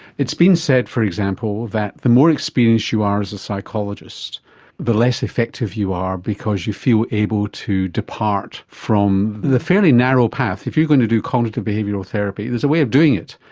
it's been said, for example, that the more experienced you are as a psychologist the less effective you are because you feel able to depart from the fairly narrow path, if you're going to do cognitive behavioural therapy there is a way of doing it,